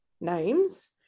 names